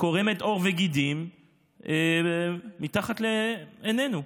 קורמת עור וגידים מול עינינו,